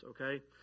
okay